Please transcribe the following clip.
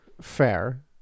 Fair